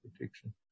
protection